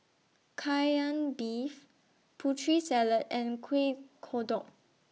Kai Lan Beef Putri Salad and Kuih Kodok